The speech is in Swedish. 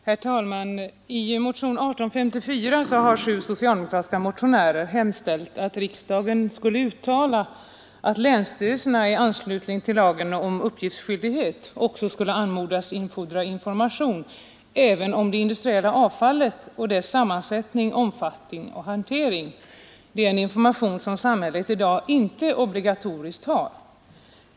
Herr talman! I motionen 1854 har sju socialdemokratiska motionärer hemställt att riksdagen skall uttala att länsstyrelserna i anslutning till lagen om uppgiftsskyldighet anmodas infordra information även om det industriella avfallet, dess sammansättning, omfattning och hantering. Sådan information till samhället är inte obligatorisk i dag.